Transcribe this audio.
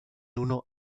uno